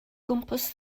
gwmpas